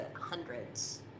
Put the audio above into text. hundreds